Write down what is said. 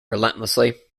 relentlessly